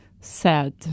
sad